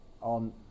on